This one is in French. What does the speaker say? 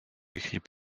écrit